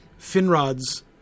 Finrod's